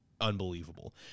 unbelievable